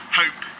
hope